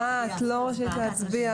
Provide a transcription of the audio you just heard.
אה, את לא רשאית להצביע.